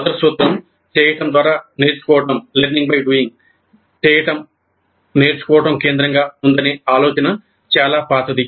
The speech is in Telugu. మొదటి సూత్రం "చేయడం ద్వారా నేర్చుకోవడం" చేయడం నేర్చుకోవడం కేంద్రంగా ఉందనే ఆలోచన చాలా పాతది